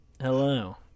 hello